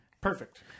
Perfect